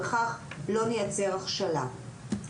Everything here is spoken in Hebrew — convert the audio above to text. בכך לא נייצר הכשלה.